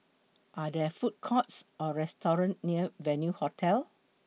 Are There Food Courts Or restaurants near Venue Hotel